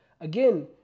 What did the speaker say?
again